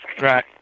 Right